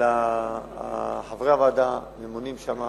אבל חברי הוועדה ממונים שם